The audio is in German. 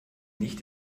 nicht